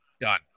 done